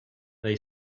they